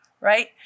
Right